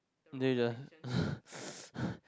then you just